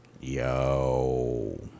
Yo